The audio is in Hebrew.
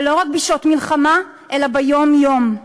ולא רק בשעות מלחמה אלא ביום-יום.